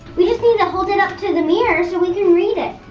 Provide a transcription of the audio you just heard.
we just need to hold it up to the mirror so we can read it.